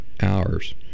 hours